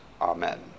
Amen